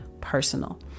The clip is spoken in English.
personal